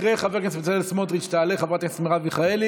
אחרי חבר הכנסת בצלאל סמוטריץ' תעלה חברת הכנסת מרב מיכאלי,